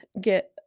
get